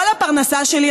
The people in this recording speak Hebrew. כל הפרנסה שלי,